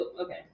okay